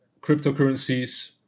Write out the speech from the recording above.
cryptocurrencies